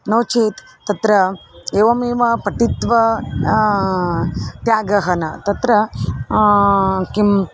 नो चेत् तत्र एवमेव पठित्वा त्यागः न तत्र किं